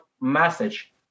message